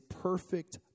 perfect